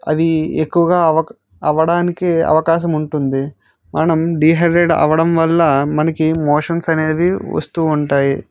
అవి ఎక్కువగా అవ్వడానికి అవకాశం ఉంటుంది మనం డీహైడ్రేట్ అవ్వడంవల్ల మనకి మోషన్స్ అనేవి వస్తూ ఉంటాయి